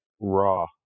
Raw